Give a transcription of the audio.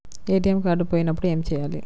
ATM card పోయినప్పుడు ఏమి చేయాలి?